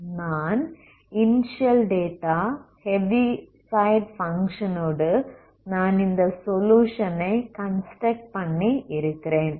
நான் initial data Heaviside பங்க்ஷனோடு நான் இந்த சொலுயுஷன் ஐ கன்ஸ்ட்ரக்ட் பண்ணி இருக்கிறேன்